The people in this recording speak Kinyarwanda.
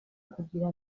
kugira